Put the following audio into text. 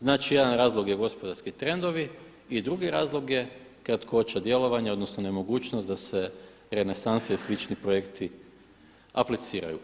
Znači jedan razlog je gospodarski trendovi i drugi razlog je kratkoća djelovanja odnosno nemogućnost da se renesanse i slični projekti apliciraju.